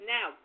Now